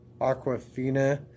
Aquafina